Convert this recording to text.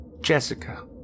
jessica